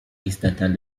estatal